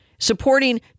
Supporting